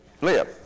Leah